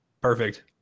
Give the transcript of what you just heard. Perfect